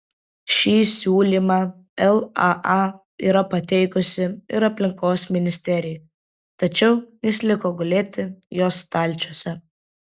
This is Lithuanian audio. šį siūlymą laa yra pateikusi ir aplinkos ministerijai tačiau jis liko gulėti jos stalčiuose